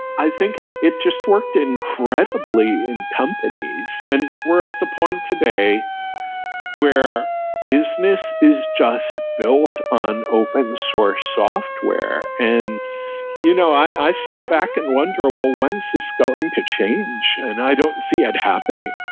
i think it it just worked incredibly in companies, and were at the point today where business is just built on open source software. and you know i sit back and wonder, ah well, when is this going to change? and i don't see it happening.